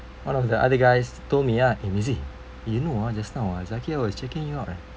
one of the other guys told me ah eh mizi you know uh just now uh zaqiah was checking you out leh